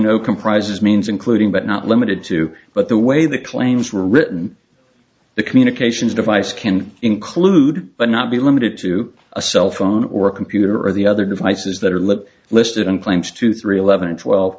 know comprises means including but not limited to but the way the claims were written the communications device can include but not be limited to a cell phone or computer or the other devices that are let listed on planes two three eleven and twelve